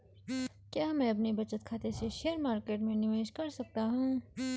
क्या मैं अपने बचत खाते से शेयर मार्केट में निवेश कर सकता हूँ?